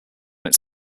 its